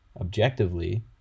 objectively